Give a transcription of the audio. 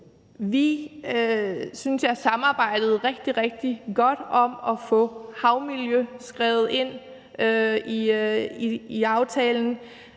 samarbejdede rigtig, rigtig godt om at få havmiljø skrevet ind i aftalen,